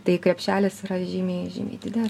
tai krepšelis yra žymiai žymiai didesnis